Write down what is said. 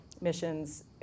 missions